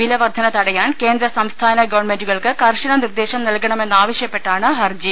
വിലവർധന തടയാൻ കേന്ദ്ര സംസ്ഥാന ഗവൺമെന്റുകൾക്ക് കർശന നിർദേശം നൽക ണമെന്നാവശ്യപ്പെട്ടാണ് ഹർജി